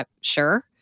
sure